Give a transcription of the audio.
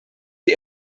wir